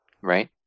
Right